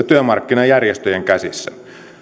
työmarkkinajärjestöjen käsissä